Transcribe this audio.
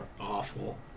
awful